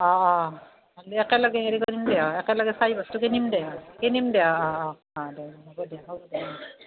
অ অ একেলগে হেৰি কৰিম দিয়ক একেলগে চাই বস্তু কিনিম দিয়ক কিনিম দে অ অ অ অ দে হ'ব দে হ'ব দে অ